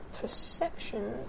perception